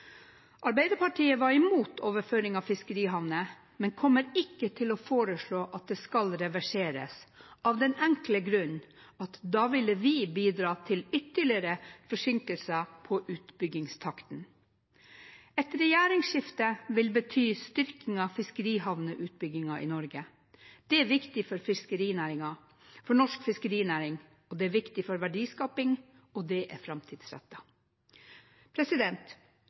Arbeiderpartiet var imot overføringen av fiskerihavner, men kommer ikke til å foreslå at det skal reverseres, av den enkle grunn at vi da ville bidra til ytterligere forsinkelser i utbyggingstakten. Et regjeringsskifte vil bety styrking av fiskerihavneutbyggingen i Norge. Det er viktig for norsk fiskerinæring, viktig for verdiskapingen, og det er